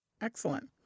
Excellent